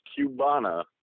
Cubana